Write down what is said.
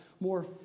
more